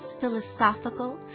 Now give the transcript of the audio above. philosophical